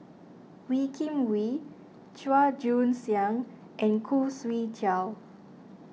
Wee Kim Wee Chua Joon Siang and Khoo Swee Chiow